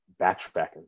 backtracking